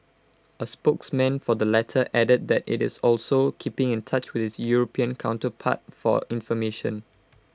A spokesman for the latter added that IT is also keeping in touch with its european counterpart for information